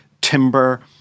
timber